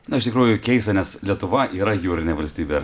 iš tikrųjų keista nes lietuva yra jūrinė valstybė